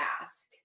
ask